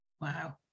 Wow